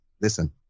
Listen